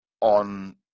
on